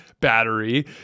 battery